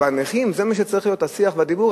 אבל נכים, זה מה שצריך להיות השיח והדיבור?